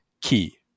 key